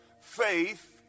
Faith